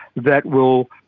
that will